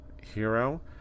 hero